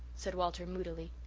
said walter moodily.